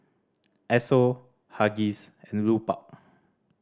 Esso Huggies and Lupark